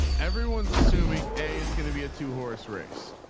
everyone's assuming a it's going to be a two horse race.